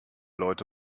leute